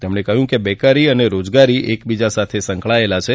તેમણે કહ્યું કે બેકારી અને રોજગારી એકબીજાની સાથે સંકળાયેલા છે